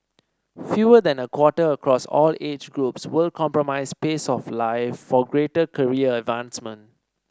fewer than a quarter across all age groups would compromise pace of life for greater career advancement